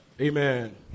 Amen